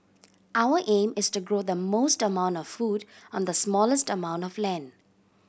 our aim is to grow the most amount of food on the smallest amount of land